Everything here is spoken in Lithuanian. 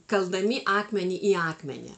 kaldami akmenį į akmenį